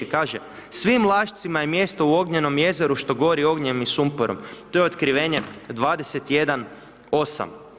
Kaže, svim lašcima je mjesto u ognjenom jezeru što gori ognjenom i sumporom, to je Otkrivenje 21:8.